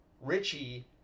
richie